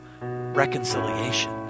reconciliation